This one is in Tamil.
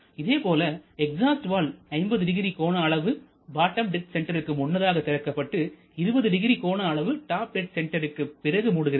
அதேபோல எக்ஸாஸ்ட் வால்வு 500 கோண அளவு பாட்டம் டெட் சென்டருக்கு முன்னதாக திறக்கப்பட்டு 200 கோண அளவு டாப் டெட் சென்டருக்கு பிறகு மூடுகிறது